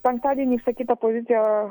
penktadienį išsakyta pozicija